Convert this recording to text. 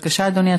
אדוני.